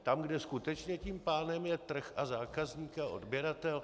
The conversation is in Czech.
Tam, kde skutečně tím pánem je trh a zákazník a odběratel?